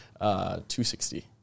$260